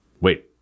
Wait